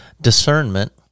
Discernment